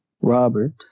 Robert